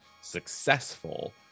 successful